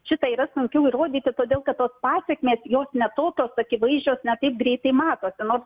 šitą yra sunkiau įrodyti todėl kad tos pasekmės jos ne tokios akivaizdžios ne taip greitai matosi nors